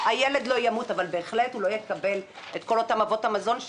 הילד לא ימות אבל בהחלט הוא לא יקבל את כל אבות המזון.